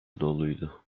doluydu